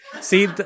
See